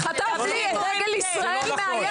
ערבי חטף לי את דגל ישראל מהיד.